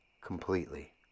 completely